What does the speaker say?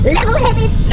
Level-headed